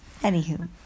Anywho